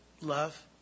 Love